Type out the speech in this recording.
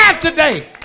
today